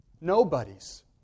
Nobody's